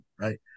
Right